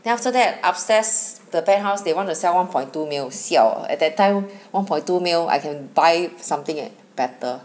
then after that upstairs the penthouse they want to sell one point two mil siao ah at that time one point two mil I can buy something eh better